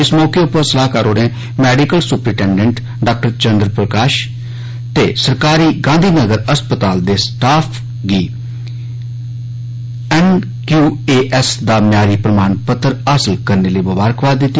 इस मौके उप्पर सलाहकार होरें medical superintendent Dr Chandra Prakash ते सरकारी गांधी नगर अस्पताल दे स्टाफ गी एनक्यूएएस दा म्यारी प्रमाण पत्र हासल करने लेई मुबारकबाद दित्ती